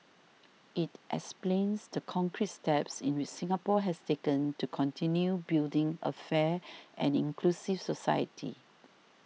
it explains the concrete steps in Singapore has taken to continue building a fair and inclusive society